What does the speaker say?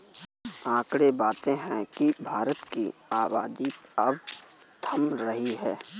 आकंड़े बताते हैं की भारत की आबादी अब थम रही है